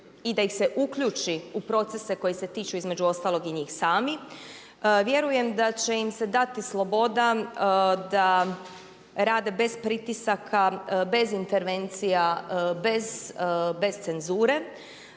i da ih se uključe u procese koji se tiču između ostalog i njih samih. Vjerujem da će im se dati sloboda da rade bez pritisaka, bez intervencija, bez cenzure.